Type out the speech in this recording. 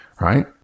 right